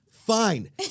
Fine